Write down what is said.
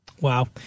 Wow